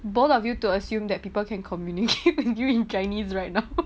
bold of you to assume that people can communicate with you in chinese right now